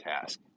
task